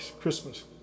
Christmas